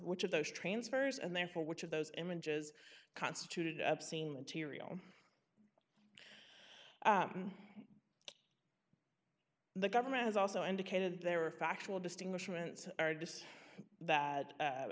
which of those transfers and therefore which of those images constituted obscene material the government has also indicated there are factual distinguishment artists that